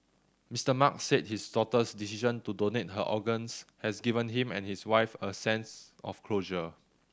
Mister Mark said his daughter's decision to donate her organs has given him and his wife a sense of closure